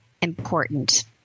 important